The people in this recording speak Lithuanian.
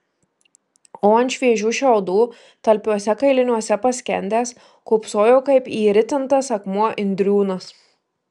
o ant šviežių šiaudų talpiuose kailiniuose paskendęs kūpsojo kaip įritintas akmuo indriūnas